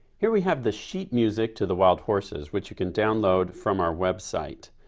here we have the sheet music to the wild horses which you can download from our website.